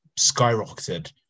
skyrocketed